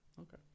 Okay